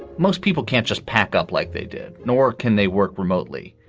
most people can't just pack up like they did, nor can they work remotely.